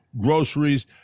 groceries